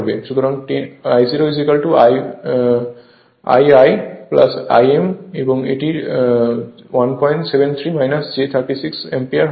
সুতরাং I 0I i I m এটি 173 j 36 ampere হবে